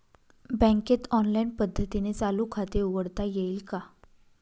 बँकेत ऑनलाईन पद्धतीने चालू खाते उघडता येईल का?